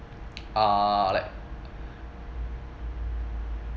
uh like